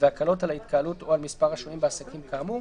והקלות על ההתקהלות או על מספר השוהים בעסקים כאמור,